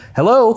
Hello